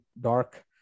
dark